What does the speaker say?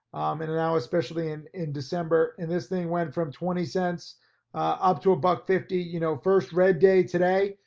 and now, especially in in december and this thing went from twenty cents up to a buck fifty, you know, first red day today.